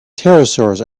pterosaurs